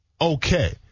Okay